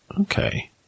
Okay